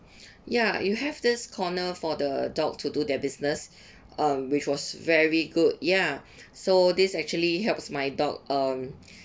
ya you have this corner for the dog to do their business um which was very good ya so this actually helps my dog um